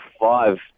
five